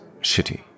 shitty